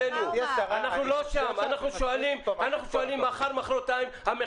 אני אומר שחשוב לי לדעת שזה לא יהיה רק בסופרים כי אני אישית לא